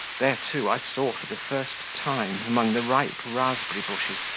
there, too, i saw for the first time, among the ripe raspberry bushes,